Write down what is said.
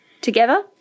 together